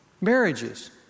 marriages